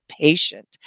patient